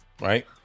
right